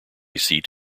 seat